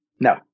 No